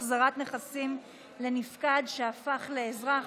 החזרת נכסים לנפקד שהפך לאזרח),